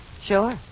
Sure